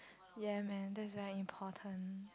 ya man that's very important